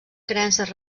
creences